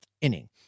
inning